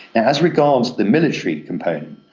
as regards the military component,